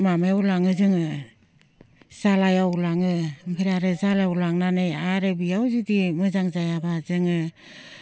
माबायाव लाङो जोङो जालायाव लाङो ओमफ्राय आरो जालायाव लांनानै आरो बेयाव जुदि मोजां जायाबा जोङो